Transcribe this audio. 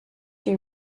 they